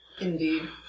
Indeed